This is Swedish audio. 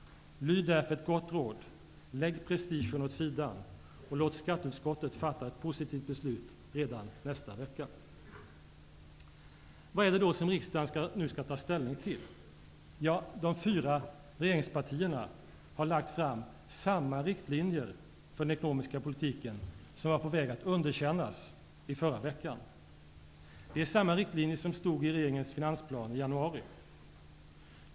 Lyd därför ett gott råd. Lägg prestigen åt sidan och låt skatteutskottet fatta ett positivt beslut redan nästa vecka. Vad är det riksdagen nu skall ta ställning till? De fyra regeringspartierna har lagt fram samma riktlinjer för den ekonomiska politiken som var på väg att underkännas i förra veckan. Det är samma riktlinjer som stod i regeringens finansplan i januari.